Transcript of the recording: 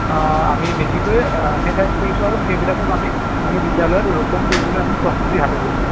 আমি বেছিকৈ এম্ফেছাইজ কৰিছোঁ আৰু সেইবিলাকক আমি আমাৰ বিদ্যালয়ত ৰোপণ কৰিবলৈ আমি প্ৰস্তুতি হাতত লৈছোঁ